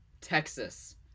Texas